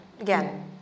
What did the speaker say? again